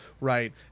right